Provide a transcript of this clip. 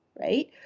right